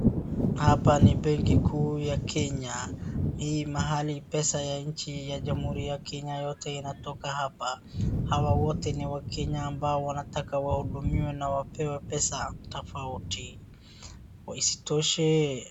Hapa ni benki kuu ya Kenya. Ni mahali pesa ya nchi ya jamhuri ya Kenya yote inatoka hapa, ama wote ni wakenya ambao wanataka wahudumiwe na wapewe pesa tofauti isitoshe.